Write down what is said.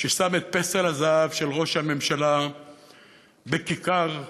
ששם את פסל הזהב של ראש הממשלה בכיכר רבין,